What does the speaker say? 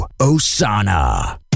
Osana